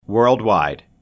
Worldwide